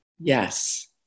Yes